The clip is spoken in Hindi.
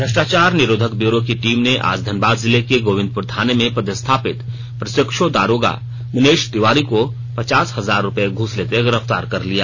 भ्रष्टाचार निरोधक ब्यूरो की टीम ने आज धनबाद जिले के गोविंदपुर थाने में पदस्थापित प्रशिक्ष् दारोगा मुनेश तिवारी को पचास हजार रूपये घूस लेते गिरफ्तार कर लिया